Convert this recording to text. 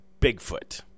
Bigfoot